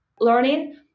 learning